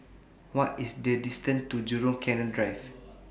What IS The distance to Jurong Canal Drive